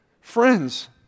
Friends